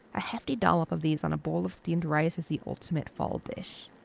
a hefty dollop of these on a bowl of steamed rice is the ultimate fall dish